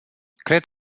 cred